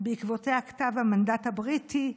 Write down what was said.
ובעקבותיה כתב המנדט הבריטי,